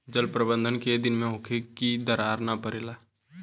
जल प्रबंधन केय दिन में होखे कि दरार न परेला?